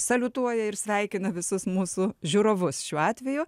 saliutuoja ir sveikina visus mūsų žiūrovus šiuo atveju